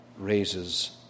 raises